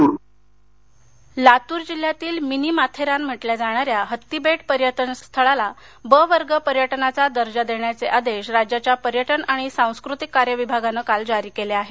पर्यटन दर्जा लातर लातूर जिल्ह्यातील मिनी माथेरान म्हटल्या जाणाऱ्या हत्तीबेट पर्यटन स्थळाला ब वर्ग पर्यटनाचा दर्जा देण्याचे आदेश राज्याच्या पर्यटन आणि सांस्कृतिक कार्य विभागानं काल जारी केले आहेत